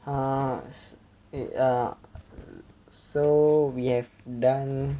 uh uh so we have done